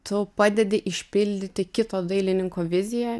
tu padedi išpildyti kito dailininko viziją